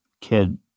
kid